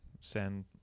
send